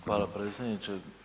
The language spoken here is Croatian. Hvala predsjedniče.